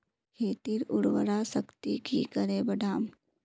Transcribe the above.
खेतीर उर्वरा शक्ति की करे बढ़ाम?